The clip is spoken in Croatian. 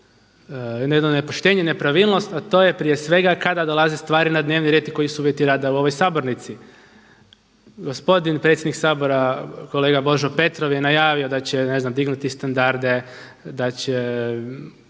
jednu, nepoštenje, nepravilnost a to je prije svega kada dolazi stvari na dnevni red i koji su uvjeti rada u ovoj sabornici? Gospodin predsjednik Sabora kolega Božo Petrov je najavio da će ne znam dignuti standarde, da će